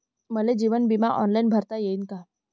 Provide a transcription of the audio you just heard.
मले जीवन बिमा ऑनलाईन भरता येईन का?